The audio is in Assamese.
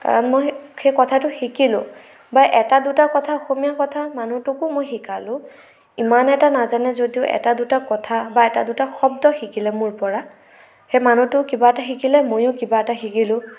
কাৰণ মই সেই কথাটো শিকিলোঁ বা এটা দুটা কথা অসমীয়া কথা মানুহটোকো মই শিকালো ইমান এটা নাজানে যদিও এটা দুটা কথা বা এটা দুটা শব্দ শিকিলে মোৰ পৰা সেই মানুহটো কিবা এটা শিকিলে ময়ো কিবা এটা শিকিলোঁ